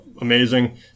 amazing